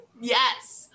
Yes